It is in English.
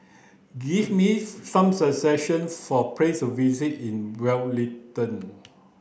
give me some suggestions for places visit in Wellington